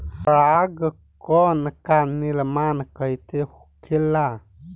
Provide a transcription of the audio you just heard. पराग कण क निर्माण कइसे होखेला?